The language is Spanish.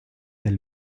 del